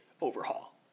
overhaul